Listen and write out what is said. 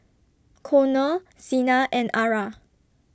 Conner Sena and Ara